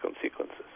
consequences